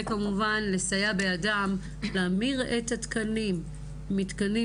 וכמובן לסייע בידם להמיר את התקנים מתקנים